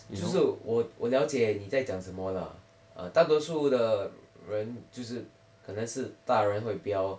就是我我了解你在讲什么啦大多数的人就是可能是大人会会比较